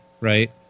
right